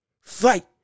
fight